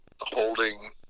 holding